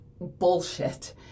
bullshit